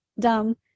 dumb